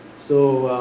so,